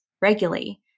regularly